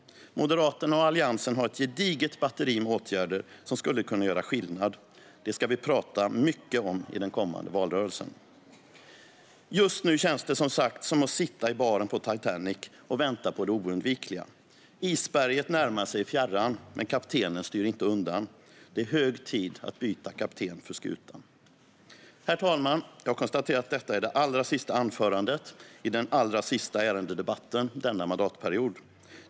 Moderaterna och Alliansen har ett gediget batteri med åtgärder som skulle kunna göra skillnad. Detta ska vi prata mycket om i den kommande valrörelsen. Just nu känns det som sagt som att sitta i baren på Titanic och vänta på det oundvikliga. Isberget närmar sig i fjärran, men kaptenen styr inte undan. Det är hög tid att byta kapten på skutan. Herr talman! Jag konstaterar att detta är det allra sista anförandet i den allra sista ärendedebatten denna mandatperiod.